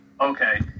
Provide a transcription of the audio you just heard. okay